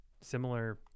Similar